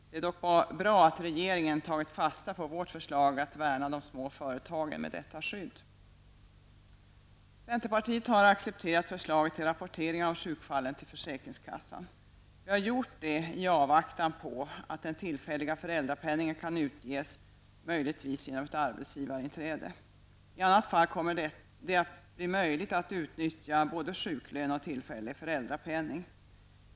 Det är dock bra att regeringen tagit fasta på vårt förslag att värna de små företagen med detta skydd. Centerpartiet har accepterat förslaget till rapportering av sjukfallen till försäkringskassan. Vi har gjort det i avvaktan på att den tillfälliga föräldrapenningen kan utges, möjligtvis genom ett arbetsgivarinträde. I annat fall kommer det att bli möjligt att utnyttja både sjuklön och tillfällig föräldrapenning.